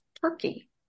turkey